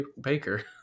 baker